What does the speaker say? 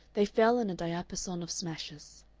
they fell in a diapason of smashes.